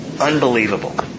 Unbelievable